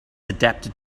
adapted